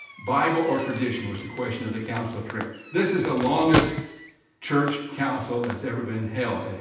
bible or tradition was the question of the council trip. this is the longest church council that's ever been held. and